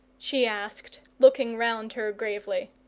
she asked, looking round her gravely.